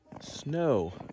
snow